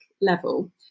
level